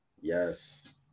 yes